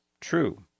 True